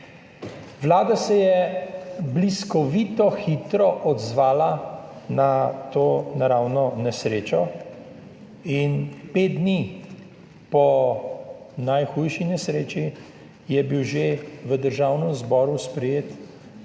Vlada se je bliskovito hitro odzvala na to naravno nesrečo in pet dni po najhujši nesreči je bila že sprejeta